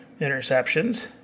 interceptions